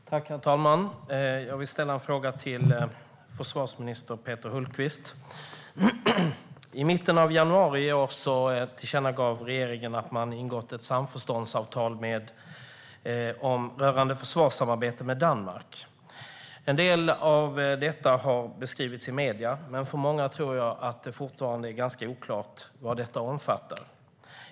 Herr talman! Jag vill ställa en fråga till försvarsminister Peter Hultqvist. I mitten av januari i år tillkännagav regeringen att man har ingått ett samförståndsavtal rörande försvarssamarbete med Danmark. En del av detta har beskrivits i medierna, men jag tror att det för många fortfarande är ganska oklart vad detta omfattar.